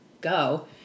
go